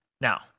Now